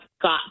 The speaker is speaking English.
got